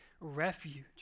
refuge